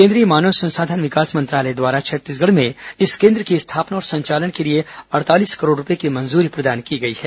केंद्रीय मानव संसाधन विकास मंत्रालय द्वारा छत्तीसगढ़ में इस केन्द्र की स्थापना और संचालन के लिए अड़तालीस करोड़ रूपये की मंजूरी प्रदान की गई है